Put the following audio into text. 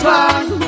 one